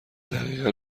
دقیقا